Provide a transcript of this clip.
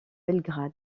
belgrade